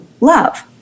love